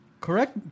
correct